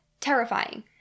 terrifying